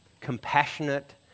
compassionate